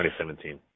2017